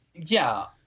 yeah,